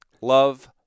love